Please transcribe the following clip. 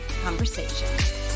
conversation